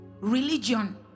Religion